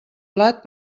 plat